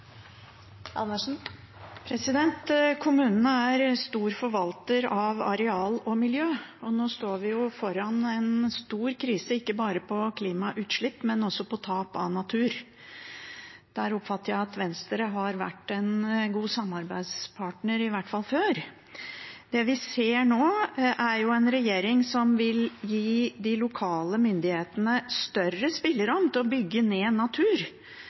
stor forvalter av areal og miljø, og nå står vi foran en stor krise, ikke bare når det gjelder klimautslipp, men også tap av natur. Der oppfatter jeg at Venstre har vært en god samarbeidspartner, i hvert fall før. Det vi ser nå, er en regjering som vil gi de lokale myndighetene større spillerom enn før til å bygge ned natur,